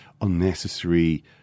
unnecessary